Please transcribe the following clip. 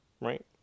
right